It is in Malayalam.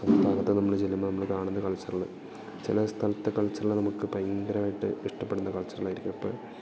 സംസ്ഥാനത്ത് നമ്മള് ചെല്ലുമ്പം നമ്മള് കാണുന്നത് കൾച്ചറില് ചില സ്ഥലത്ത് കൾച്ചറില് നമുക്ക് ഭയങ്കരമായ് ഇഷ്ടപ്പെടുന്ന കൾച്ചറലായിരിക്കും എപ്പഴും